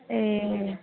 ए